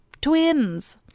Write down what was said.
Twins